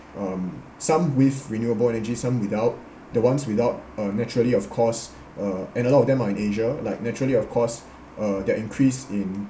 um some with renewable energy some without the ones without uh naturally of course uh and a lot of them are in asia like naturally of course uh their increase in